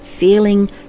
feeling